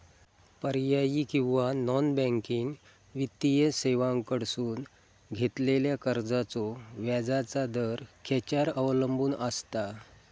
पर्यायी किंवा non banking वित्तीय सेवांकडसून घेतलेल्या कर्जाचो व्याजाचा दर खेच्यार अवलंबून आसता?